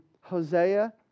Hosea